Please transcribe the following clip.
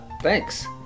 thanks